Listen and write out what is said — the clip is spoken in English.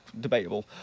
debatable